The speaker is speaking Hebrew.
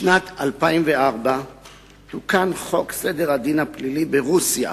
בשנת 2004 תוקן חוק סדר הדין הפלילי ברוסיה